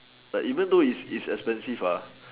like even though it's it's expensive ah